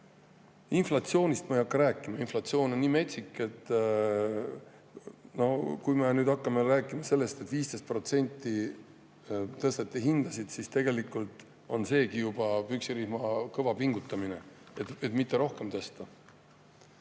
Inflatsioonist ma ei hakka rääkima. Inflatsioon on nii metsik, et kui me nüüd hakkame rääkima sellest, et 15% tõsteti hindasid, siis tegelikult on seegi juba püksirihma kõva pingutamine, et mitte rohkem tõsta.